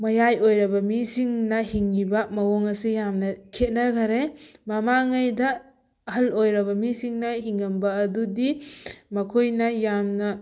ꯃꯌꯥꯏ ꯑꯣꯏꯔꯕ ꯃꯤꯁꯤꯡꯅ ꯍꯤꯡꯉꯤꯕ ꯃꯑꯣꯡ ꯑꯁꯤ ꯌꯥꯝꯅ ꯈꯦꯠꯅꯈꯔꯦ ꯃꯃꯥꯡꯉꯩꯗ ꯑꯍꯜ ꯑꯣꯏꯔꯕ ꯃꯤꯁꯤꯡꯅ ꯍꯤꯡꯉꯝꯕ ꯑꯗꯨꯗꯤ ꯃꯈꯣꯏꯅ ꯌꯥꯝꯅ